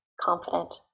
confident